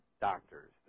doctors